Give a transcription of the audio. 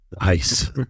Nice